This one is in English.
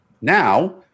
Now –